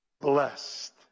Blessed